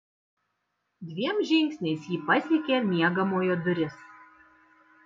dviem žingsniais ji pasiekė miegamojo duris